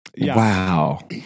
wow